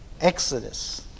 Exodus